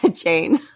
Jane